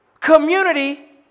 community